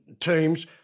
teams